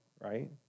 right